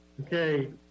okay